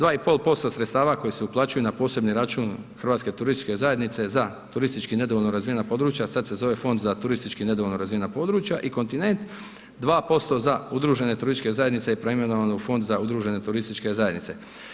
2,5% sredstava koji se uplaćuju na posebni račun Hrvatske turističke zajednice za turistički nedovoljno razvijena područja sad se zove Fond za turistički nedovoljno razvijena područja i kontinent, 2% za udružene turističke zajednice preimenovane u Fond za udružene turističke zajednice.